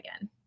again